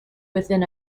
within